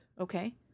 okay